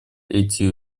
эти